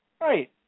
Right